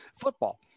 football